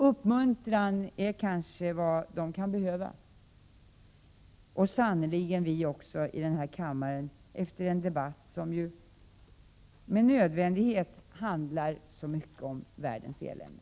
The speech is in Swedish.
Uppmuntran är kanske vad de kan behöva — och sannerligen också vi här i kammaren efter en debatt som med nödvändighet handlar så mycket om världens elände.